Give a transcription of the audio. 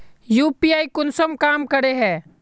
UPI कुंसम काम करे है?